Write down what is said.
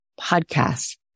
podcast